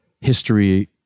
history